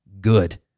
good